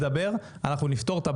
אני שוב רוצה להודות לכולם.